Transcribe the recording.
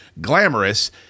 glamorous